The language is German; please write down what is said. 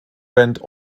band